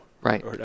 Right